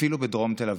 אפילו בדרום תל אביב,